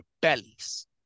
bellies